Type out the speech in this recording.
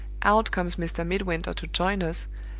out comes mr. midwinter to join us,